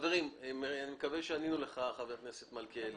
אני מקווה שענינו לך, חבר הכנסת מלכיאלי.